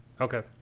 Okay